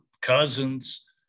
cousins